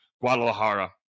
Guadalajara